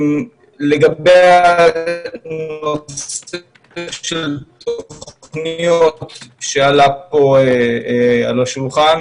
לגבי הנושא הזה של תוכניות שעלה פה על השולחן,